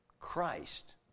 Christ